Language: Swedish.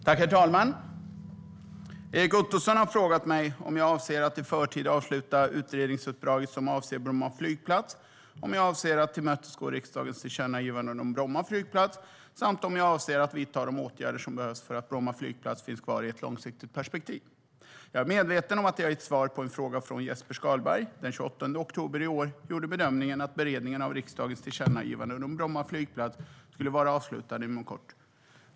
Herr talman! Erik Ottoson har frågat mig om jag avser att i förtid avsluta utredningsuppdraget som avser Bromma flygplats, om jag avser att tillmötesgå riksdagens tillkännagivanden om Bromma flygplats samt om jag avser att vidta de åtgärder som behövs för att Bromma flygplats ska finnas kvar i ett långsiktigt perspektiv. Jag är medveten om att jag i ett svar på en fråga från Jesper Skalberg Karlsson den 28 oktober i år gjorde bedömningen att beredningen av riksdagens tillkännagivanden om Bromma flygplats skulle vara avslutad inom kort.